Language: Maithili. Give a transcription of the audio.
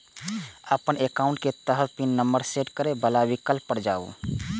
अपन एकाउंट के तहत पिन नंबर सेट करै बला विकल्प पर जाउ